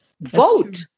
Vote